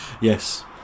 Yes